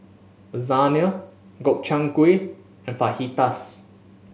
Lasagna Gobchang Gui and Fajitas